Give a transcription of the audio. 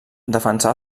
defensà